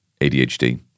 ADHD